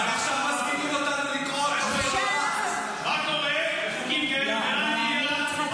אבל עכשיו מזמינים אותנו לקרוא את --- מה קורה עם חוקים כאלו באנגליה?